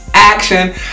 action